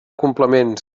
complements